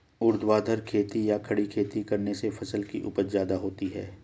ऊर्ध्वाधर खेती या खड़ी खेती करने से फसल की उपज ज्यादा होती है